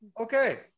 Okay